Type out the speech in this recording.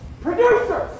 Producers